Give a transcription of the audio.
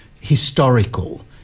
historical